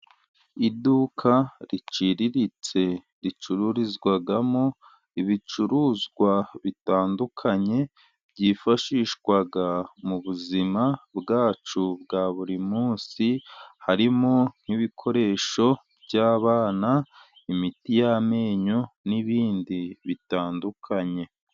Iduka riciriritse, ricururizwamo ibicuruzwa bitandukanye, byifashishwa muzima bwacu bwa buri munsi, harimo: nk'ibikoresho by'abana, imiti y'amenyo n'ibindi bitandukanye.